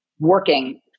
working